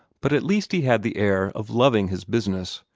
but at least he had the air of loving his business,